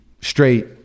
straight